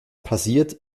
passiert